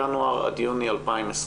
ינואר עד יוני 2020,